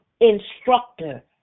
instructor